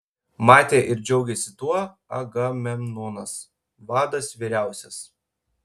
matė ir džiaugėsi tuo agamemnonas vadas vyriausias